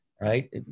right